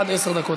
עד עשר דקות.